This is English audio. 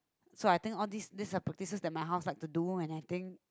so I think all this these practises that my house like to do when I think